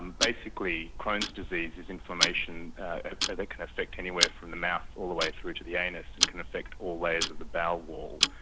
and basically crohn's disease is inflammation ah that can affect anywhere from the mouth all the way through to the anus and can affect all layers of the bowel wall,